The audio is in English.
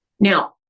Now